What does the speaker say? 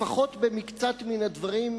לפחות במקצת מן הדברים,